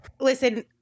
listen